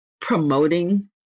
promoting